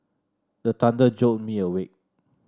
the thunder jolt me awake